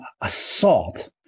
assault